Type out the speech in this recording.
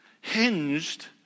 hinged